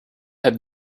had